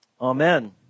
Amen